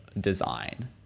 design